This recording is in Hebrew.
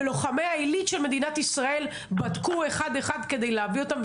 ולוחמי העילית של מדינת ישראל בדקו אחד-אחד כדי להביא אותם,